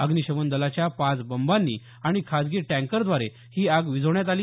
अग्निशमन दलाच्या पाच बंबांनी आणि खाजगी टँकरद्वारे ही आग विझविण्यात आली